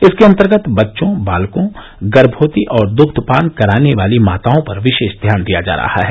इसके अतर्गत बच्चों बालकों गर्मवती और दग्धपान कराने वाली माताओं पर विशेष ध्यान दिया जाता है